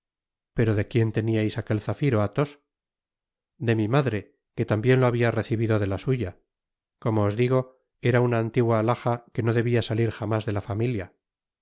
pero de quién teniais aquel zafiro athos de mi madie que tambien lo habia recibido de la suya como os digo era una antigua athaja que no debia salir jamás de la familia